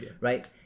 right